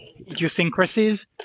idiosyncrasies